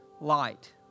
light